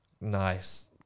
nice